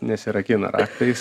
nesirakina raktais